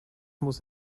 muss